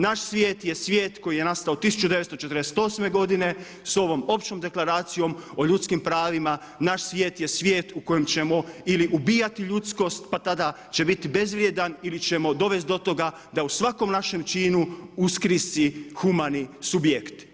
Naš svijet je svijet koji je nastao 1948. godine sa Deklaracijom o ljudskim pravima, naš svijet je svijet u kojem ćemo ili ubijati ljudskost pa tada će biti bezvrijedan ili ćemo dovesti do toga da u svakom našem činu uskrisi humani subjekt.